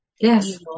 yes